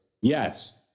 yes